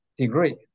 degree